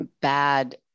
bad